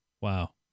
Wow